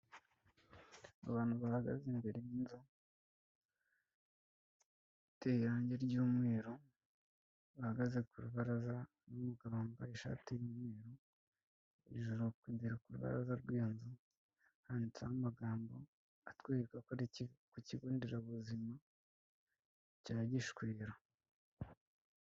Abantu bahagaze imbere y'inzu iteye irangi ry'umweru, bahagaze ku rubaraza rw'umugabo wambaye ishati y'umweru, hejuru imbere ku rubaraza rw'iyo nzu, handitseho amagambo atwereka ko ari ku kigonderabuzima cya Gishweru.